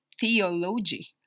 theology